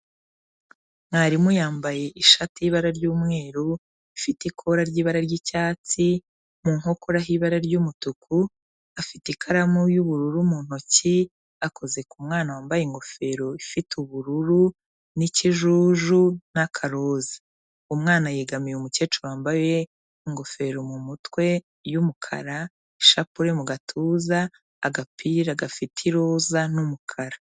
Mwarimu yambaye ishati y'ibara ry'umweru, ifite ikora ry'ibara ry'icyatsi, mu nkokora h'ibara ry'umutuku, afite ikaramu y'ubururu mu ntoki, akoze ku mwana wambaye ingofero ifite ubururu, n'ikijuju, n'akaruza. Umwana yegamiye umukecuru wambaye ingofero mu mutwe y'umukara, ishapure mu gatuza, agapira gafite iroza n'umukara.